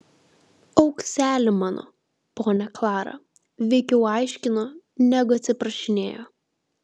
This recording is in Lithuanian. aukseli mano ponia klara veikiau aiškino negu atsiprašinėjo